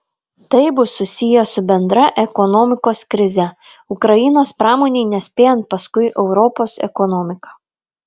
tai bus susiję su bendra ekonomikos krize ukrainos pramonei nespėjant paskui europos ekonomiką